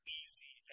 easy